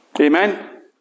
Amen